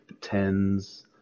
Tens